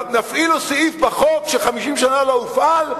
נפעיל סעיף בחוק ש-50 שנה לא הופעל.